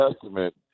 Testament